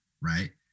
right